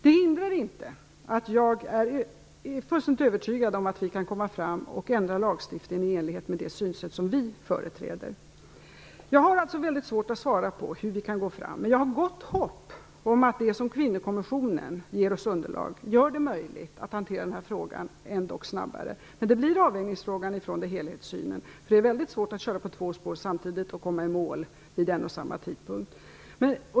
Det hindrar inte att jag är fullständigt övertygad om att vi kan komma fram och ändra lagstiftningen i enlighet med det synsätt som vi företräder. Jag har mycket svårt att svara på hur vi kan gå fram, men jag har gott hopp om att det underlag som Kvinnokommissionen ger oss gör det möjligt att hantera den här frågan snabbare. Men det blir en avvägningsfråga i förhållande till helhetssynen. Det är mycket svårt att köra på två spår samtidigt och komma i mål vid en och samma tidpunkt.